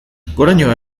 goraño